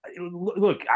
Look